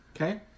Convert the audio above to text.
Okay